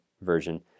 version